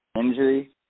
injury